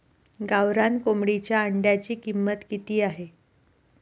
गावरान कोंबडीच्या अंड्याची किंमत किती आहे?